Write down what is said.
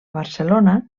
barcelona